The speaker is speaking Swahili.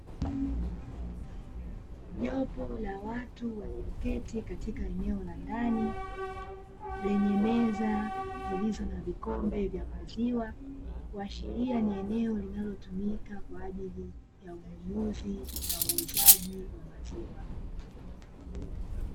Jopo la watu walioketi katika eneo la ndani, lenye meza zilizo na vikombe vya maziwa, kuashiria ni eneo linalotumika kwa ajili ya ununuzi na uuzaji wa maziwa.